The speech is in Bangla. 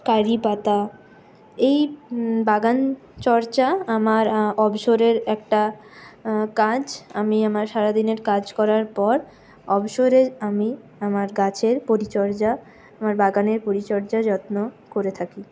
কারি পাতা এই বাগান চর্চা আমার অবসরের একটা কাজ আমি আমার সারাদিনের কাজ করার পর অবসরে আমি আমার গাছের পরিচর্যা আমার বাগানের পরিচর্যা যত্ন করে থাকি